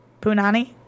punani